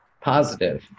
positive